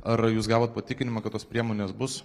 ar jūs gavot patikinimą kad tos priemonės bus